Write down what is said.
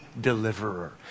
deliverer